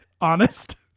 honest